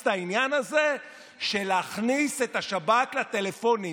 את העניין הזה של להכניס את השב"כ לטלפונים,